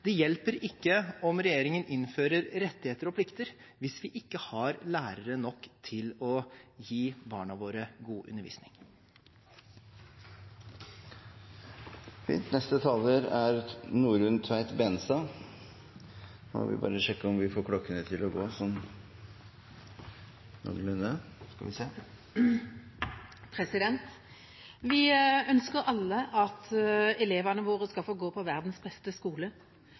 Det hjelper ikke om regjeringen innfører rettigheter og plikter, hvis vi ikke har lærere nok til å gi barna våre god undervisning. Vi ønsker alle at elevene våre skal få gå på verdens beste skole.